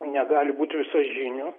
negali būt visažinių